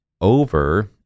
over